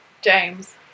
James